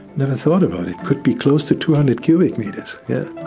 never thought about it. could be close to two hundred cubic meters. yeah